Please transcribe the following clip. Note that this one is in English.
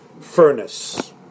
furnace